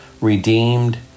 redeemed